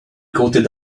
coated